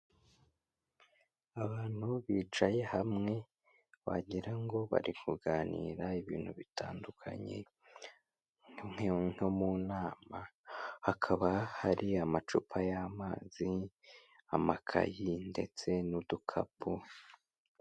Abantu bicaye hamwe wagira ngo bari kuganira ibintu bitandukanye nko mu nama, hakaba hari amacupa y'amazi, amakayi ndetse n'udukapu.